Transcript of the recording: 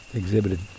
exhibited